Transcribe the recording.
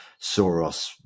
Soros